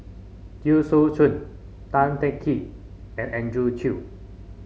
Teo Soon Chuan Tan Teng Kee and Andrew Chew